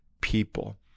people